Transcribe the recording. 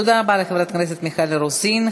תודה לחברת הכנסת מיכל רוזין.